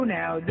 now